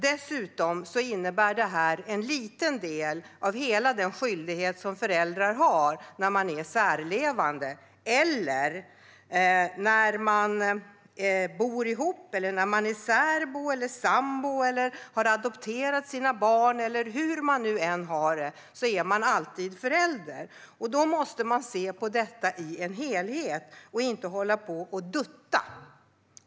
Dessutom utgör detta bara en liten del av hela den skyldighet som föräldrar har oavsett om de är särlevande, bor ihop, är särbo eller sambo eller har adopterat sina barn. Hur man än har det är man alltid förälder. Då måste vi se på detta som en helhet och inte hålla på och dutta.